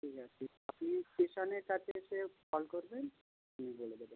ঠিক আছে আপনি স্টেশানের কাছে এসে কল করবেন আমি বলে দেবো